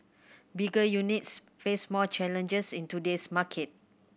bigger units face more challenges in today's market